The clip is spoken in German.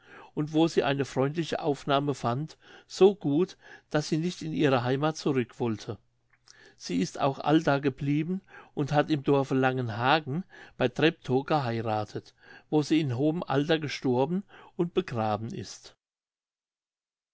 und wo sie eine freundliche aufnahme fand so gut daß sie nicht in ihre heimath zurück wollte sie ist auch allda geblieben und hat im dorfe langenhagen bei treptow geheirathet wo sie in hohem alter gestorben und begraben ist